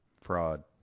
Fraud